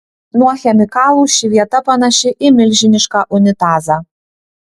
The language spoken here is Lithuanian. nuo chemikalų ši vieta panaši į milžinišką unitazą